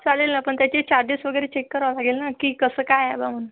चालेल ना पण त्याची चार्जेस वगैरे चेक करावं लागेल ना की कसं काय आहे ब म्हणून